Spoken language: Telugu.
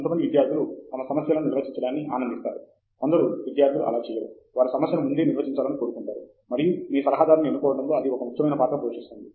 కొంతమంది విద్యార్థులు తమ సమస్యలను నిర్వచించడాన్ని ఆనందిస్తారు కొందరు విద్యార్థులు అలా చేయరు వారు సమస్యను ముందే నిర్వచించాలని కోరుకుంటారు మరియు మీ సలహాదారుని ఎన్నుకోవడంలో అది ఒక ముఖ్యమైన పాత్ర పోషిస్తుంది